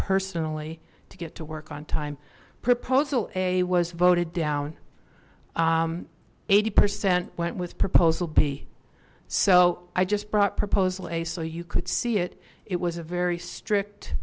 personally to get to work on time proposal a was voted down eighty percent went with proposal b so i just brought proposal a so you could see it it was a very strict